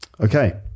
Okay